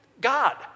God